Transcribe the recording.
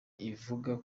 ivuga